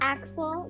Axel